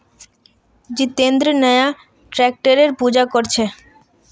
जितेंद्र नया ट्रैक्टरेर पूजा कर छ